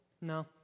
no